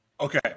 Okay